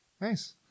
Nice